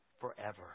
forever